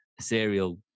serial